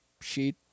sheet